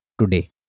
today